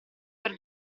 per